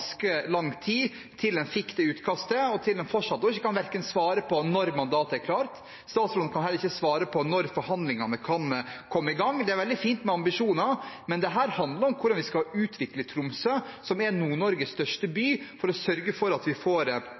lang tid – fra en fikk det utkastet, og fortsatt kan statsråden verken svare på når mandatet er klart, eller når forhandlingene kan komme i gang. Det er veldig fint med ambisjoner, men dette handler om hvordan vi skal utvikle Tromsø, som er Nord-Norges største by, for å sørge for at vi får